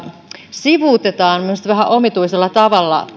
sivuutetaan minusta vähän omituisella tavalla